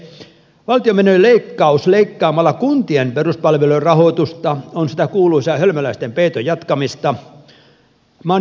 valtion menojen leikkaus leikkaamalla kuntien peruspalvelujen rahoitusta on sitä kuuluisaa hölmöläisten peiton jatkamista